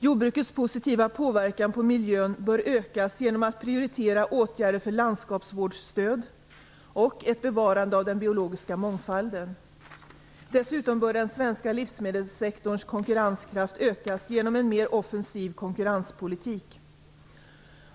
Jordbrukets positiva påverkan på miljön bör ökas genom att prioritera åtgärder för landskapsvård och ett bevarande av den biologiska mångfalden. Dessutom bör den svenska livsmedelssektorns konkurrenskraft ökas genom en mer offensiv konkurrenspolitik.